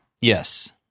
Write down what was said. Yes